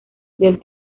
del